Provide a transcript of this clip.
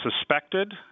suspected